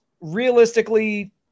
realistically